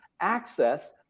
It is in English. access